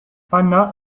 ana